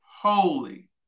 holy